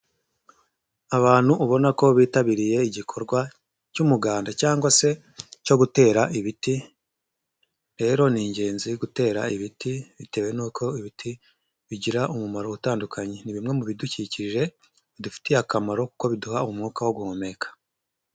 Abantu ubona ko bitabiriye igikorwa cy'umuganda cyangwa se cyo gutera ibiti, rero ni ingenzi gutera ibiti bitewe n'uko ibiti bigira umumaro utandukanye, ni bimwe mu bidukikije bidufitiye akamaro kuko biduha umwuka wo guhumeka.